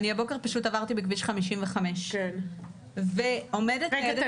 אני הבוקר פשוט עברתי בכביש 55. מירב בן